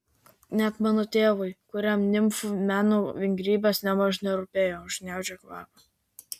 net mano tėvui kuriam nimfų meno vingrybės nėmaž nerūpėjo užgniaužė kvapą